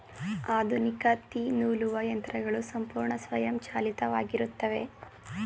ಆಧುನಿಕ ತ್ತಿ ನೂಲುವ ಯಂತ್ರಗಳು ಸಂಪೂರ್ಣ ಸ್ವಯಂಚಾಲಿತವಾಗಿತ್ತವೆ